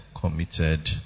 Committed